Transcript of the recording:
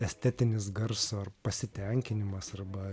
estetinis garso ar pasitenkinimas arba